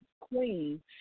queen